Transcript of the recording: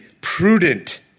prudent